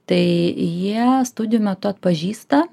tai jie studijų metu atpažįsta